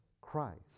Christ